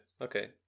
okay